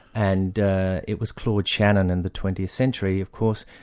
and it was claude shannon in the twentieth century of course,